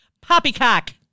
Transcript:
Poppycock